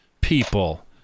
people